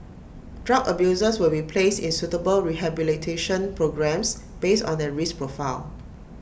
drug abusers will be placed in suitable rehabilitation programmes based on their risk profile